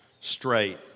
straight